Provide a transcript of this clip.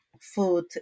food